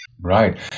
Right